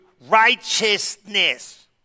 righteousness